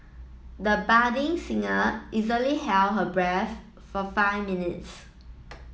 the budding singer easily held her breath for five minutes